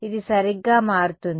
ఇది సరిగ్గా మారుతుంది